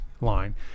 line